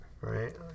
right